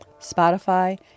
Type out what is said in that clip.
Spotify